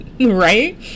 right